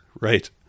right